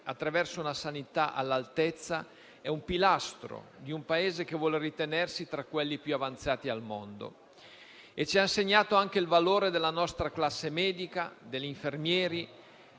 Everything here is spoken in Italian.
attraverso una sanità all'altezza è un pilastro di un Paese che vuole ritenersi tra quelli più avanzati al mondo e ci ha insegnato anche il valore della nostra classe medica, degli infermieri,